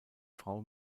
frau